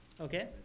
Okay